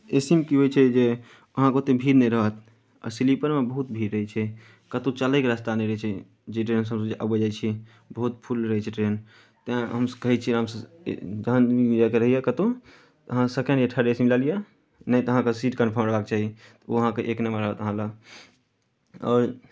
ए C मे की होइ छै जे अहाँके ओतेक भीड़ नहि रहत आ स्लीपरमे बहुत भीड़ रहै छै कतहु चलयके रास्ता नहि रहै छै जे ट्रेनसँ हमसभ जे अबै जाइ छी बहुत फुल रहै छै ट्रेन तैँ हमसभ कहै छियै हमसभ जखन जायके रहैए कतहु अहाँ सेकेण्ड या थर्ड ए सी मे लऽ लिअ नहि तऽ अहाँके सीट कन्फर्म रहबाक चाही ओ अहाँके एक नंबर रहत अहाँ लेल आओर